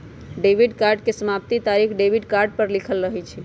debit card के समाप्ति तारिख डेबिट कार्ड पर लिखल रहइ छै